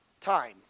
time